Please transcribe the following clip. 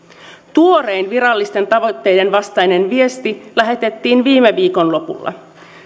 tuorein virallisten tavoitteiden vastainen viesti lähetettiin viime viikon lopulla